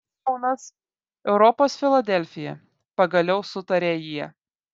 kaunas europos filadelfija pagaliau sutarė jie